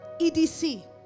EDC